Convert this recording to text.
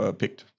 picked